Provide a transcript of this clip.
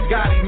God